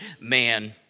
man